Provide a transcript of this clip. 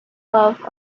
love